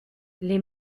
les